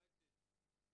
עם היועצת,